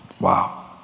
Wow